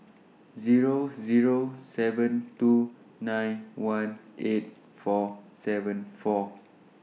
Zero Zero seven two nine one eight four seven four